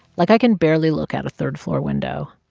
like, i can barely look out a third-floor window.